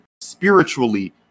spiritually